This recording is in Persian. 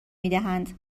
میدهند